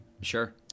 Sure